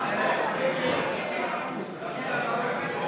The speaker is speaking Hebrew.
סעיף 25,